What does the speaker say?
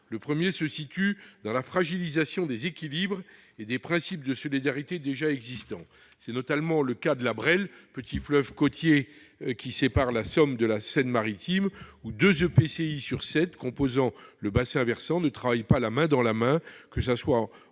Le premier se situe dans la fragilisation des équilibres et des principes de solidarité déjà existants. C'est notamment le cas de la Bresle, petit fleuve côtier qui sépare la Somme de la Seine-Maritime, où deux EPCI sur sept composant le bassin versant ne travaillent pas la main dans la main, que ce soit